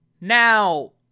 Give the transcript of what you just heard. Now